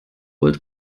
gold